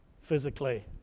physically